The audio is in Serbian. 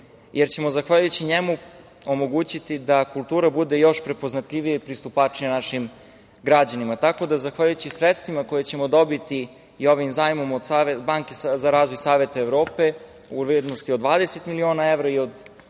jer ćemo, zahvaljujući njemu, omogućiti da kultura bude još prepoznatljivija i pristupačnija našim građanima, tako da, zahvaljujući sredstvima koje ćemo dobiti od Banke za razvoj Saveta Evrope u vrednosti od 20 miliona evra i od